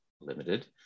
limited